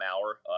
hour